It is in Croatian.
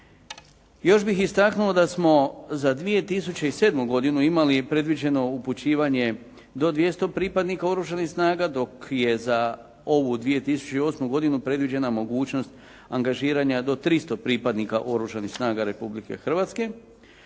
Još bih istaknuo da smo za 2007. godinu imali predviđeno upućivanje do 200 pripadnika Oružanih snaga, dok je za ovu 2008. godinu predviđena mogućnost angažiranja do 300 pripadnika Oružanih snaga Republike Hrvatske.